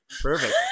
Perfect